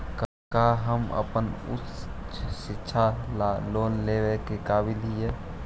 का हम अपन उच्च शिक्षा ला लोन लेवे के काबिल ही?